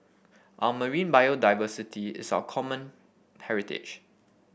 our marine biodiversity is our common heritage